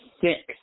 six